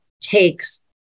takes